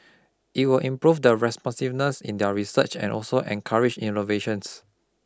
it will improve the responsiveness in their research and also encourage innovations